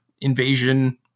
invasion